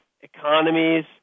economies